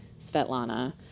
Svetlana